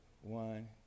one